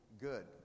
good